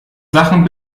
sachen